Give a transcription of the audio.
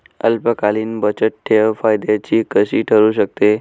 अल्पकालीन बचतठेव फायद्याची कशी ठरु शकते?